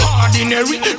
ordinary